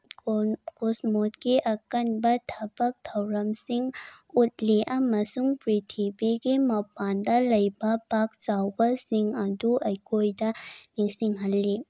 ꯀꯣꯁꯃꯣꯁꯀꯤ ꯑꯀꯟꯕ ꯊꯕꯛ ꯊꯧꯔꯝꯁꯤꯡ ꯎꯠꯂꯤ ꯑꯃꯁꯨꯡ ꯄ꯭ꯔꯤꯊꯤꯕꯤꯒꯤ ꯃꯄꯥꯜꯗ ꯂꯩꯕ ꯄꯥꯛ ꯆꯥꯎꯕꯁꯤꯡ ꯑꯗꯨ ꯑꯩꯈꯣꯏꯗ ꯅꯤꯡꯁꯤꯜꯍꯜꯂꯤ